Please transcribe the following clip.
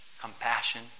compassion